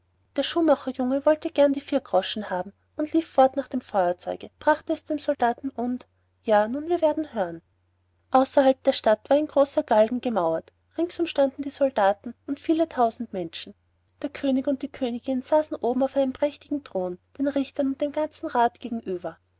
der schuhmacherjunge wollte gern die vier groschen haben und lief fort nach dem feuerzeuge brachte es dem soldaten und ja nun werden wir hören außerhalb der stadt war ein großer galgen gemauert ringsherum standen die soldaten und viele tausend menschen der könig und die königin saßen oben auf einem prächtigen thron den richtern und dem ganzen rat gegenüber